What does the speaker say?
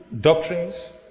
doctrines